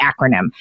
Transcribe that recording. acronym